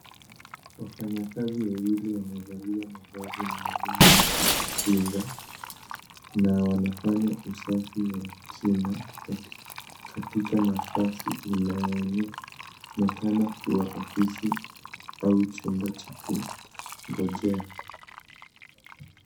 Wafanyakazi wawili wamevalia mavazi maalum ya kujikinga na wanafanya usafi wa kina katika nafasi inayoonekana kuwa ofisi au chumba cha kungojea.